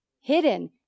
Hidden